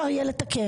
אפשר יהיה לתקן.